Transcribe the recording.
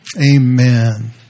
Amen